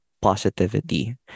positivity